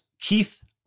Keith